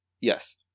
Yes